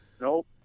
Nope